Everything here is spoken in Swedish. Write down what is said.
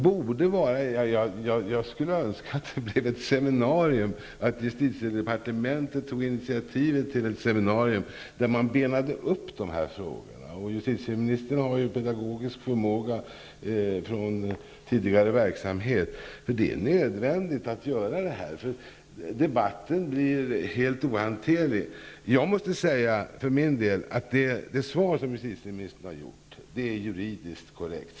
Jag skulle önska att justitiedepartementet tog initiativet till ett seminarium där man benade upp dessa frågor. Justitieministern har ju en pedagogisk förmåga från tidigare verksamhet. Det är nödvändigt att göra detta. Debatten blir annars helt ohanterlig. Jag måste konstatera att det svar justitieministern avgivit är juridiskt korrekt.